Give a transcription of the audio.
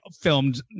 filmed